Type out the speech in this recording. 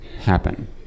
happen